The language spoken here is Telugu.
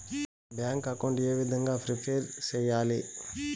బ్యాంకు అకౌంట్ ఏ విధంగా ప్రిపేర్ సెయ్యాలి?